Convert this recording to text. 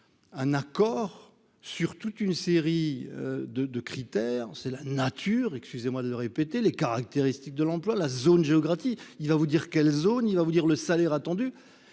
un accord sur toute une série de de critères, c'est la nature, excusez-moi de le répéter les caractéristiques de l'emploi, la zone géographie il va vous dire quelle zone il va vous dire le salaire attendu